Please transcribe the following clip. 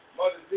mother